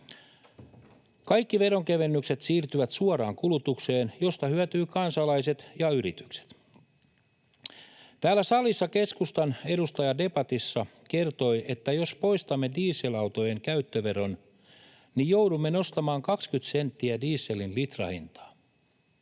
Kaikki veronkevennykset siirtyvät suoraan kulutukseen, josta hyötyvät kansalaiset ja yritykset. Täällä salissa keskustan edustaja debatissa kertoi, että jos poistamme dieselautojen käyttöveron, niin joudumme nostamaan 20 senttiä dieselin litrahintaa.